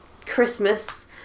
Christmas